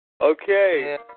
Okay